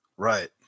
right